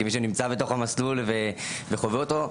כי מי שנמצא בתוך המסלול וחווה אותו,